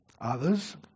others